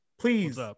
please